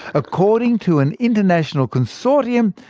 according to an international consortium,